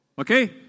Okay